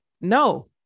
No